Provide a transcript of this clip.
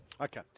Okay